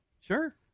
Sure